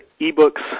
e-books